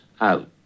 out